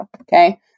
Okay